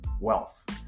wealth